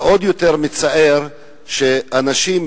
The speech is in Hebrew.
ועוד יותר מצער שאנשים,